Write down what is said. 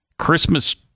Christmas